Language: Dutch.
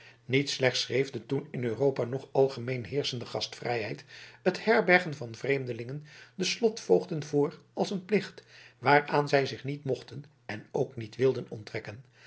niet slechts schreef de toen in europa nog algemeen heerschende gastvrijheid het herbergen van vreemdelingen den slotvoogden voor als een plicht waaraan zij zich niet mochten en ook niet wilden onttrekken